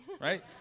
right